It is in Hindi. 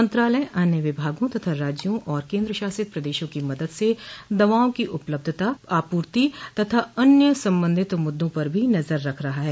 मंत्रालय अन्य विभागों तथा राज्यों और केन्द्रशासित प्रदेशों की मदद से दवाआ की उपलब्धता आपर्ति तथा अन्य संबंधित मुद्दों पर भी नजर रख रहा है